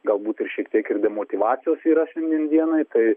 galbūt ir šiek tiek ir demotyvacijos yra šiandien dienai tai